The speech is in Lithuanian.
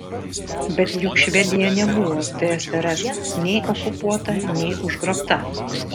bet juk švedija nebuvo tsrs nei okupuota nei užgrobta